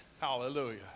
Hallelujah